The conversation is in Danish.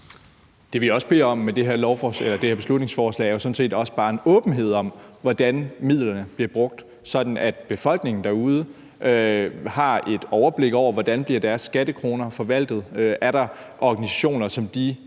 Det, vi også beder om med det her beslutningsforslag, er jo sådan set bare en åbenhed om, hvordan midlerne bliver brugt, sådan at befolkningen derude har et overblik over, hvordan deres skattekroner bliver forvaltet. Er der organisationer, som de